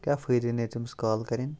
کیاہ فٲیدٕ نیرِ تٔمِس کال کَرٕنۍ